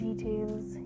Details